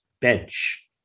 Bench